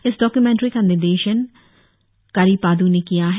इस डक्यूमेंट्री का निर्देशन कारी पाद् ने किया है